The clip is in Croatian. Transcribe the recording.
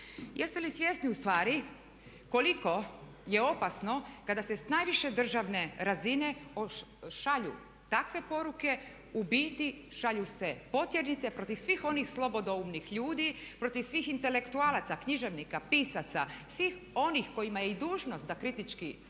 Jeste li svjesni ustvari koliko je opasno kada se s najviše državne razine šalju takve poruke u biti šalju se potjernice protiv svih onih slobodoumnih ljudi, protiv svih intelektualaca, književnika, pisaca, svih onih kojima je i dužnost da kritički preispitaju,